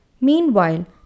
Meanwhile